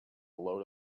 load